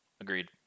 Agreed